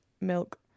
milk